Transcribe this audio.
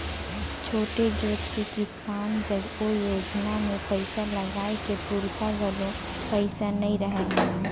छोटे जोत के किसान जग ओ योजना मे पइसा लगाए के पूरता घलो पइसा नइ रहय